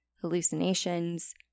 hallucinations